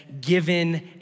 given